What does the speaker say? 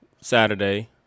Saturday